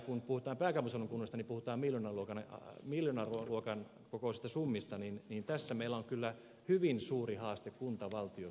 kun puhutaan pääkaupunkiseudun kunnista niin puhutaan miljoonaluokan kokoisista summista ja tässä meillä on kyllä hyvin suuri haaste kuntavaltio suhteessa